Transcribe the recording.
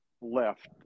left